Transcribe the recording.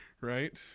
right